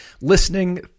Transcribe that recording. listening